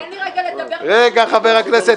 תן לי רגע לדבר --- חבר הכנסת